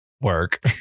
Work